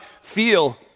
feel